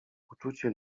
uczucie